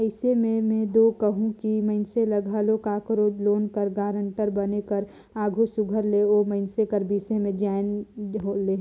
अइसे में में दो कहूं कि मइनसे ल घलो काकरो लोन कर गारंटर बने कर आघु सुग्घर ले ओ मइनसे कर बिसे में जाएन लेहे